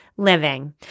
living